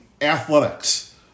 athletics